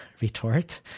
retort